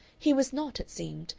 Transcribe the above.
he was not, it seemed,